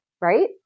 right